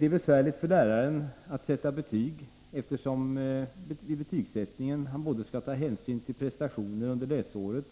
Det är besvärligt för läraren att sätta betyg, eftersom han vid betygsättningen skall ta hänsyn till både elevens prestationer under läsåret